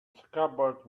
scabbard